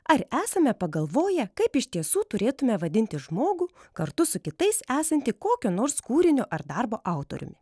ar esame pagalvoję kaip iš tiesų turėtume vadinti žmogų kartu su kitais esantį kokio nors kūrinio ar darbo autoriumi